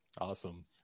Awesome